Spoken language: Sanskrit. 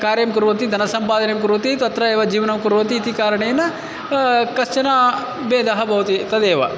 कार्यं कुर्वन्ति धनसम्पादनं कर्वति तत्र एव जीवनं कर्वन्ति इति कारणेन कश्चन भेदः भवति तदेव